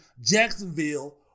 Jacksonville